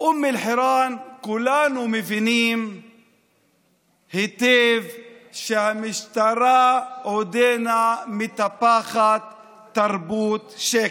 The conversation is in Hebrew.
אום אל-חיראן כולנו מבינים היטב שהמשטרה עודנה מטפחת תרבות שקר.